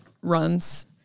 runs